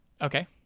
Okay